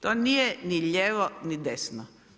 To nije ni lijevo ni desno.